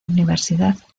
universidad